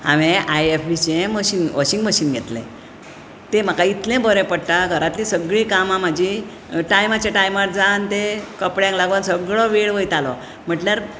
हांवें I F B चें machine washing machine घेतलें तें म्हाका इतलें बरें पडटा घरांतलीं सगळीं कामां म्हजीं टायमाच्या टायमार जावन ते कपड्यांक लागून सगळो वेळ वयतालो म्हणल्यार